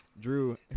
Drew